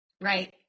Right